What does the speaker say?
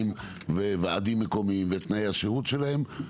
ועדים מקומיים ותנאי השירות שלהם,